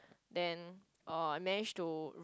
then oh I manage to